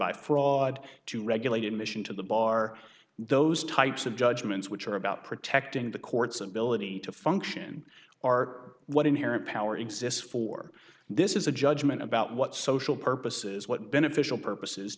by fraud to regulate admission to the bar those types of judgments which are about protecting the court's ability to function are what inherent power exists for this is a judgment about what social purposes what beneficial purpose